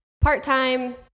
part-time